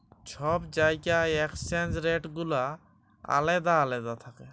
ছব জায়গার exchange rate গুলা আলেদা আলেদা থ্যাকে